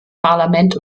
parlament